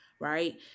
Right